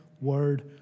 word